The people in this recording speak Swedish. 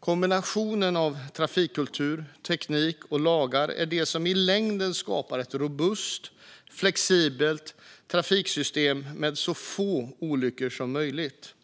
Kombinationen av trafikkultur, teknik och lagar är det som i längden skapar ett robust och flexibelt trafiksystem med så få olyckor som möjligt.